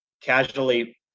casually